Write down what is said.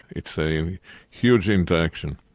it's a huge interaction.